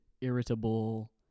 Irritable